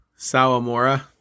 Sawamura